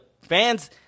fans